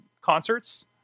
concerts